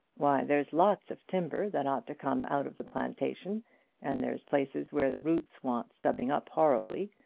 why, there's lots of timber that ought to come out of the plantation and there's places where the roots want stubbing up horribly.